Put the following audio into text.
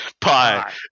pie